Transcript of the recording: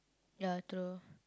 ya true